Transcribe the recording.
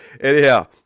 Anyhow